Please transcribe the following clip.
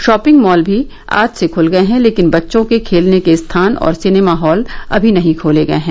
shopping mall भी आज से खुल गए हैं लेकिन बच्चों के खेलने के स्थान और सिनेमा हॉल अभी नहीं खोले गए हैं